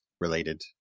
related